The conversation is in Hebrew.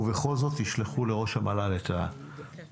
ובכל זאת, תשלחו לראש המל"ל את הפרוטוקולים.